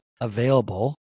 available